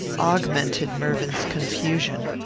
augmented mervyn's confusion.